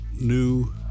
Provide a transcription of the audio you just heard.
new